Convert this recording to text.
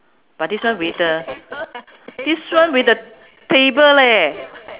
but this one with the this one with the table leh